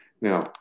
Now